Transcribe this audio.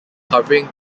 covering